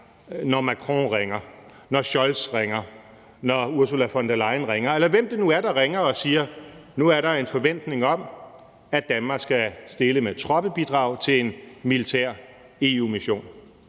når Macron ringer, når Scholz ringer, når Ursula von der Leyen ringer, eller hvem det nu er, der ringer og siger: Nu er der en forventning om, at Danmark skal stille med troppebidrag til en militær EU-mission.